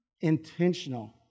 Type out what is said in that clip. Intentional